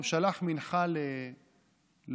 הוא שלח מנחה לעשיו,